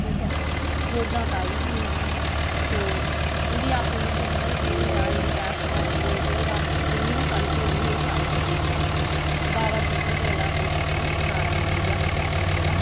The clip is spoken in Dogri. ठीक ऐ जोजां ताई ही उं'दी तो इं'दी आपें बिच्चें पता निं केह् होआ इं'दी बैह्स मोआखड़ी होई ते ओह् जिन्नी बी कनक ही ओह् सारी लेन लगा ते बावा जित्तो होरें ओल्लै अपने आप गी कटारा मारी ओड़ेआ ते अपना जेह्ड़ा